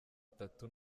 itatu